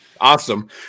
awesome